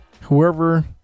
whoever